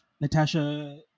Natasha